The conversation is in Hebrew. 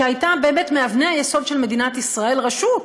שהייתה באמת מאבני היסוד של מדינת ישראל, רשות,